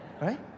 Right